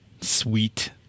Sweet